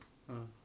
ah